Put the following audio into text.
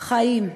חיים.